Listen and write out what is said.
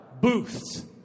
booths